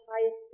highest